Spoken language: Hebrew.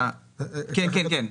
כן.